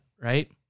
right